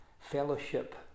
fellowship